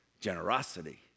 generosity